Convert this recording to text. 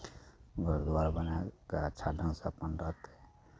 घरबार बनाए कऽ अच्छा ढङ्गसँ अपन राखि